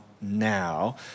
now